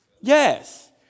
Yes